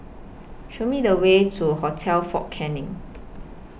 Show Me The Way to Hotel Fort Canning